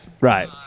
right